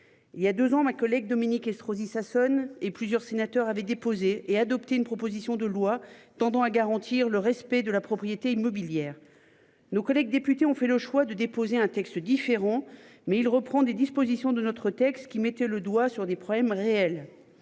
Il y a 2 ans, ma collègue Dominique Estrosi Sassone et plusieurs sénateurs avaient déposé et adopté une proposition de loi tendant à garantir le respect de la propriété immobilière. Nos collègues députés ont fait le choix de déposer un texte différent mais il reprend des dispositions de notre texte qui mettait le doigt sur des problèmes réels.